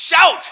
shout